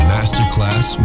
Masterclass